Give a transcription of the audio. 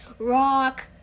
Rock